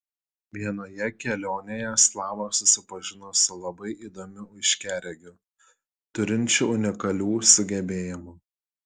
vienoje kelionėje slava susipažino su labai įdomiu aiškiaregiu turinčiu unikalių sugebėjimų